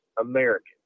American